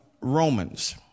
Romans